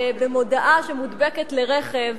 במודעה שמודבקת לרכב,